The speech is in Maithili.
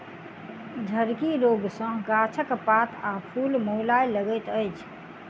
झड़की रोग सॅ गाछक पात आ फूल मौलाय लगैत अछि